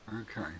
Okay